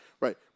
right